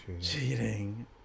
Cheating